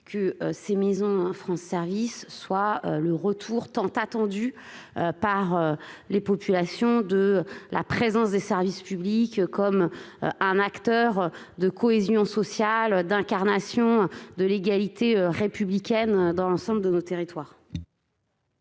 que ces maisons France Services soient le retour tant attendu par les populations des services publics comme acteurs de cohésion sociale et incarnation de l'égalité républicaine dans l'ensemble de nos territoires.